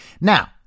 Now